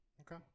Okay